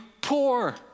poor